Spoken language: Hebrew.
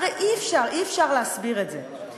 הרי אי-אפשר, אי-אפשר להסביר את זה.